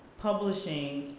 publishing,